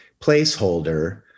placeholder